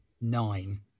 Nine